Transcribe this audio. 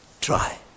try